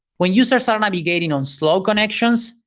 when users are navigating on slow connections,